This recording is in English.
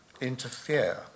interfere